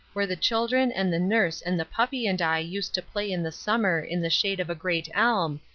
where the children and the nurse and the puppy and i used to play in the summer in the shade of a great elm,